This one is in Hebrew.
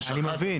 אני מבין.